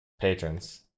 patrons